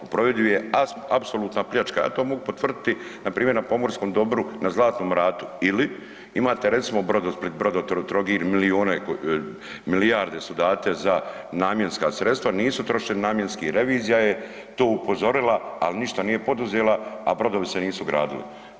U provedbi je apsolutna pljačka, a to mogu potvrditi npr. na pomorskom dobru na Zlatnom Ratu ili imate recimo Brodosplit, Brodotrogir, milijone, milijarde su date za namjenska sredstva, nisu trošeni namjenski, revizija je to upozorila, al ništa nije poduzela, a brodovi se nisu gradili.